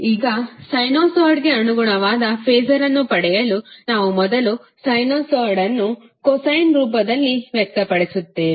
ಈಗ ಸೈನುಸಾಯ್ಡ್ಗೆ ಅನುಗುಣವಾದ ಫಾಸರ್ ಅನ್ನು ಪಡೆಯಲು ನಾವು ಮೊದಲು ಸೈನುಸಾಯ್ಡ್ ಅನ್ನು ಕೊಸೈನ್ ರೂಪದಲ್ಲಿ ವ್ಯಕ್ತಪಡಿಸುತ್ತೇವೆ